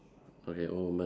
okay old woman